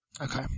Okay